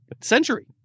century